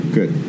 Good